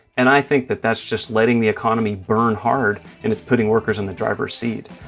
and i think that that's just letting the economy burn hard, and it's putting workers in the driver's seat.